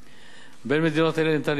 בין המדינות האלה אפשר למנות את איסלנד,